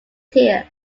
tear